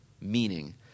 meaning